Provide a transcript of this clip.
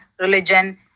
religion